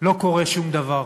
לא קורה שום דבר.